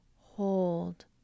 Hold